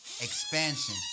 expansion